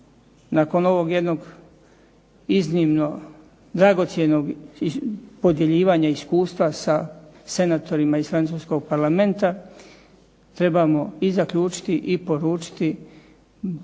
nakon ovog jednog iznimno dragocjenog podjeljivanja iskustva sa senatorima iz francuskog parlamenta, trebamo i zaključiti i poručiti